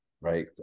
right